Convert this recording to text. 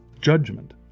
judgment